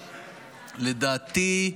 לדעתי,